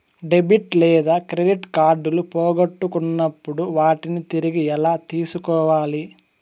debit లేదా credit కార్డులు పోగొట్టుకున్నప్పుడు వాటిని తిరిగి ఎలా తీసుకోవాలి